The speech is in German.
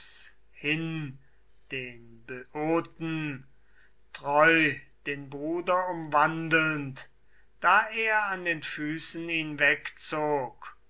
hin den böoten treu den bruder umwandelnd da er an den füßen ihn wegzog